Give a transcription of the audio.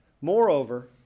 moreover